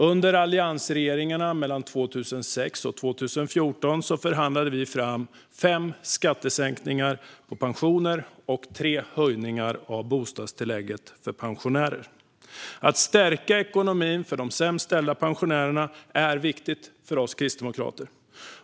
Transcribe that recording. Under alliansregeringarna mellan 2006 och 2014 förhandlade vi fram fem skattesänkningar på pensioner och tre höjningar av bostadstillägget för pensionärer. Att stärka ekonomin för de sämst ställda pensionärerna är viktigt för oss kristdemokrater.